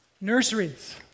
nurseries